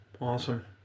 Awesome